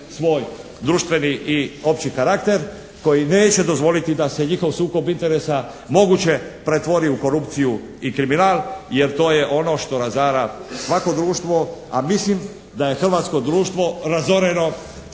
svoj društveni i opći karakter, koji neće dozvoliti da se njihov sukob interesa moguće pretvori u korupciju i kriminal jer to je ono što razara svako društvo a mislim da je hrvatsko društvo razoreno,